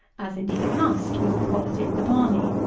as, indeed, it must, with the quality of the barley.